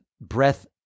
breath